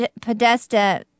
Podesta